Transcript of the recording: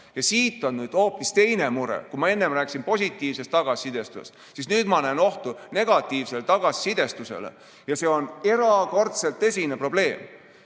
Siit tuleb hoopis teine mure. Kui ma enne rääkisin positiivsest tagasisidestusest, siis nüüd ma näen ohtu negatiivsele tagasisidestusele ja see on erakordselt tõsine probleem.